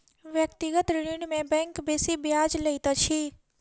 व्यक्तिगत ऋण में बैंक बेसी ब्याज लैत अछि